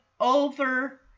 over